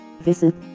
visit